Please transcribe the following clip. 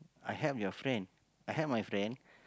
I help your friend I help my friend